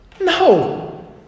No